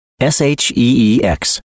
S-H-E-E-X